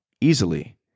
easily